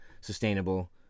sustainable